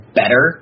better